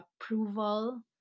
approval